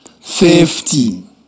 fifty